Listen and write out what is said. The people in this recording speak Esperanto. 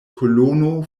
kolono